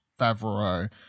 Favreau